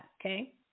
Okay